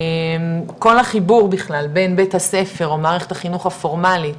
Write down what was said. כל החיבור בכלל בין בית הספר או מערכת החינוך הפורמאלית